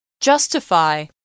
Justify